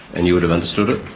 and you would have understood it.